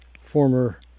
former